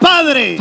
Padre